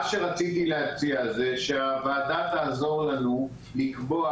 מה שרציתי להציע זה שהועדה תעזור לנו לקבוע